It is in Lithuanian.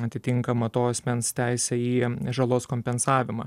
atitinkama to asmens teisė į žalos kompensavimą